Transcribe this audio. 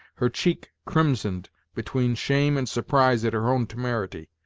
her cheek crimsoned between shame and surprise at her own temerity,